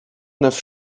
neuf